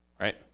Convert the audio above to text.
right